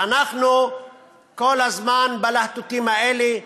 ואנחנו כל הזמן בלהטוטים האלה,